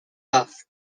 off